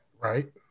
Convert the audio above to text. Right